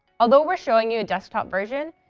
although we are showing you a desktop version,